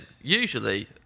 usually